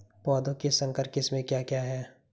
पौधों की संकर किस्में क्या क्या हैं?